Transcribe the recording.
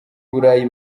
burayi